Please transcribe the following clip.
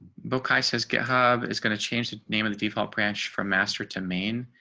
bookcase has github is going to change the name of the default branch from master to maine.